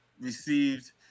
received